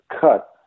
cut